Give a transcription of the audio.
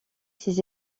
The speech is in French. ses